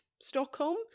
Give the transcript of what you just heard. Stockholm